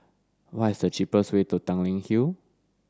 what is the cheapest way to Tanglin Hill